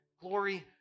glory